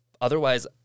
otherwise